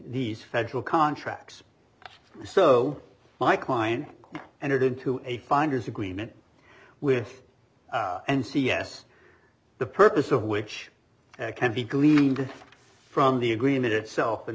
these federal contracts so my client entered into a finder's agreement with and c s the purpose of which can be gleaned from the agreement itself and